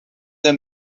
the